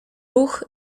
ruch